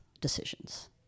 decisions